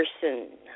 person